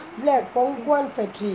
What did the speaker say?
இல்லே:illae Khong Guan factory